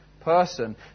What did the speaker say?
person